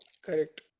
correct